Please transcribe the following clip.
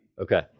Okay